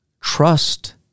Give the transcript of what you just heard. trust